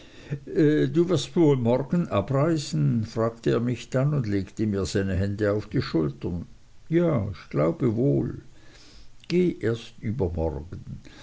du wirst wohl morgen abreisen fragte er mich dann und legte mir seine hände auf die schultern ja ich glaube wohl geh erst übermorgen